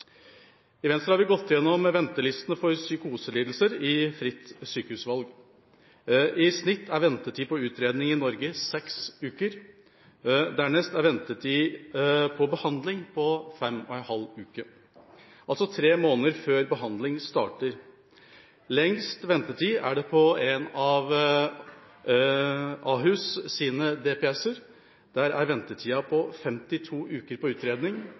I Venstre har vi gått gjennom ventelistene for psykoselidelser i Fritt sykehusvalg. I snitt er ventetiden på utredning i Norge 6 uker. Dernest er ventetiden på behandling 5 ½ uke – det går altså 3 måneder før behandling kan starte. Lengst ventetid er det på en av Ahus’ DPS-er. Der er ventetiden 52 uker for utredning,